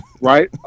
Right